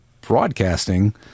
broadcasting